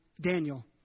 Daniel